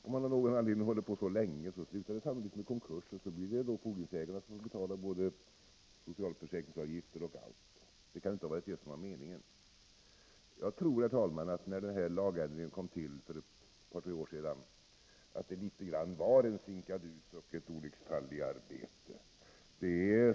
Om han av någon anledning fortsätter på detta vis en längre tid, slutar det sannolikt med konkurs, och då blir det fordringsägarna som får betala socialförsäkringsavgifterna och allt annat. Men detta kan inte ha varit meningen. Jag tror, herr talman, att när den här lagändringen kom till för ett par tre år sedan, var det litet grand av en sinkadus och ett olycksfall i arbetet.